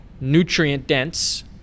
nutrient-dense